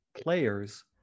players